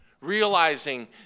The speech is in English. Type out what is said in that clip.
Realizing